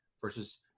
Versus